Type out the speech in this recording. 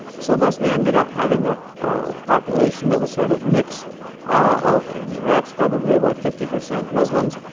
so, bosnia ended up having a population that was sort of mixed of there were perhaps probably about fifty percent muslims,